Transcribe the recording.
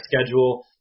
schedule